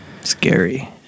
Scary